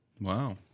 Wow